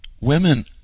Women